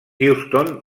houston